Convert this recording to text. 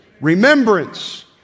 remembrance